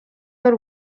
y’u